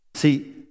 See